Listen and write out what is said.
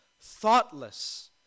thoughtless